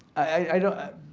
i don't,